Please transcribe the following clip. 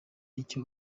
icyo